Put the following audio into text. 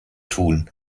tun